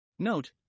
Note